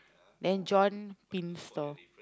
then John Pin stall